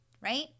right